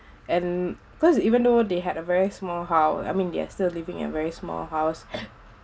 and cause even though they had a very small house I mean they are still living in very small house